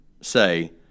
say